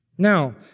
Now